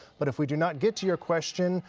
but if we do not get to your question,